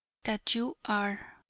that you are.